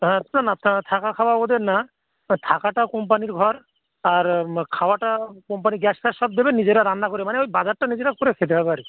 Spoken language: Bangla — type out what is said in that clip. তা তা না থাক থাকা খাওয়া ওদের না থাকাটা কোম্পানির ঘর আর খাওয়াটা কোম্পানি গ্যাস ফ্যাস সব দেবে নিজেরা রান্না করে মানে ওই বাজারটা নিজেরা করে খেতে হবে আর কি